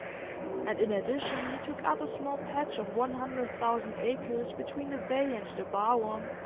and in addition he took up a small patch of one hundred thousand acres between the bay and the barwon,